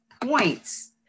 points